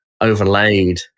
overlaid